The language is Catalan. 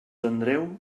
andreu